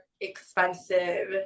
expensive